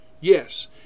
Yes